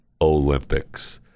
Olympics